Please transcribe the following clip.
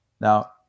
Now